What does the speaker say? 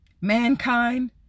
Mankind